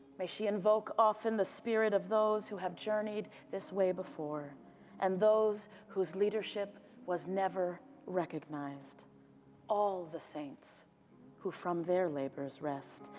may she invoke often the spirit of those who have journeyed this way before and those whose leadership was never recognized all the saints who from their labors rest.